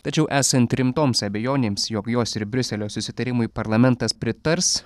tačiau esant rimtoms abejonėms jog jos ir briuselio susitarimui parlamentas pritars